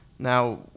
Now